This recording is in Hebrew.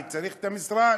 אני צריך את המשרד,